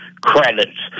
credits